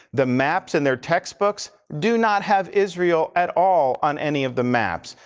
the maps and their textbooks do not have israel at all on any of the maps.